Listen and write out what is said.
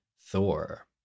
Thor